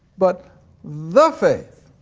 but the faith!